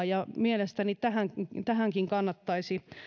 ja mielestäni tähänkin kannattaisi